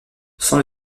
sans